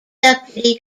deputy